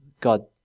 God